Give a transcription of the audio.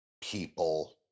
people